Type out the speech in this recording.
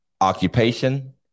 occupation